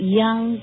young